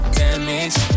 damage